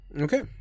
Okay